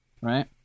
right